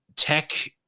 Tech